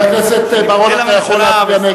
חבר הכנסת בר-און, אתה יכול להצביע נגד.